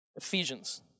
Ephesians